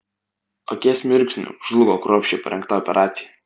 akies mirksniu žlugo kruopščiai parengta operacija